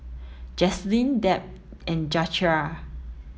Jaslyn Deb and Zachariah